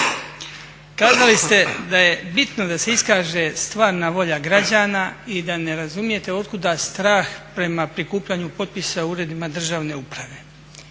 Kazali ste da je bitno da se iskaže stvarana volja građana i da ne razumijete od kuda strah prema prikupljanju potpisa u Uredima državne uprave.